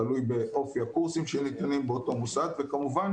תלוי באופי הקורסים שניתנים באותו מוסד וכמובן